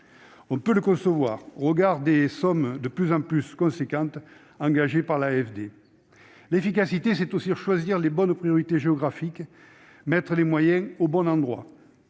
On peut le concevoir au regard des sommes de plus en plus importantes engagées par l'AFD. L'efficacité, c'est aussi choisir les bonnes priorités géographiques, c'est-à-dire mettre les moyens au bon endroit.